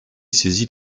saisit